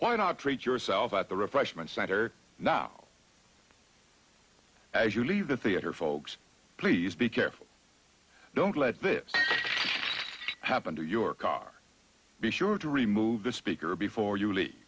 why not treat yourself at the refreshment center now as you leave the theater folks please be careful don't let this happen to your car for be sure to remove the speaker before you really